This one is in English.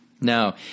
No